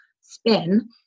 spin